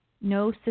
no